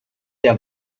der